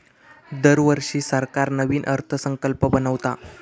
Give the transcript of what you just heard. दरवर्षी सरकार नवीन अर्थसंकल्प बनवता